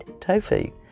tofu